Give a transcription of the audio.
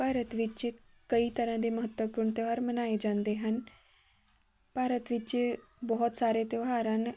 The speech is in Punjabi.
ਭਾਰਤ ਵਿੱਚ ਕਈ ਤਰ੍ਹਾਂ ਦੇ ਮਹੱਤਵਪੂਰਨ ਤਿਉਹਾਰ ਮਨਾਏ ਜਾਂਦੇ ਹਨ ਭਾਰਤ ਵਿੱਚ ਬਹੁਤ ਸਾਰੇ ਤਿਉਹਾਰ ਹਨ